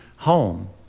home